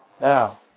Now